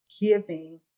giving